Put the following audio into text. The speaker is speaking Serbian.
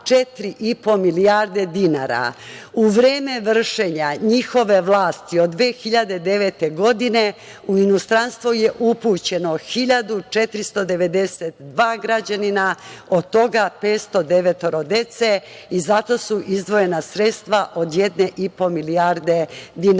U vreme vršenja njihove vlasti, od 2009. godine u inostranstvo je upućeno 1.492 građanina, od toga 509 dece i za to su izdvojena sredstva od 1,5 milijarde